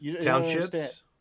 townships